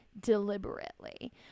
deliberately